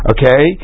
Okay